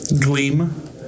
Gleam